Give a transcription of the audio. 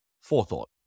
Forethought